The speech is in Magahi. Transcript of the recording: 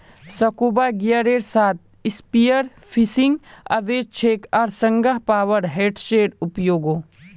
स्कूबा गियरेर साथ स्पीयरफिशिंग अवैध छेक आर संगह पावर हेड्सेर उपयोगो